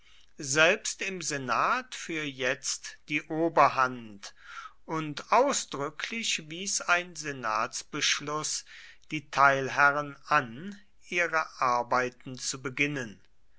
selbst im senat für jetzt die oberhand und ausdrücklich wies ein senatsbeschluß die teilherren an ihre arbeiten zu beginnen